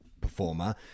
performer